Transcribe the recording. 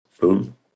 boom